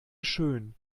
schön